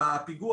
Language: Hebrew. בפיגוע,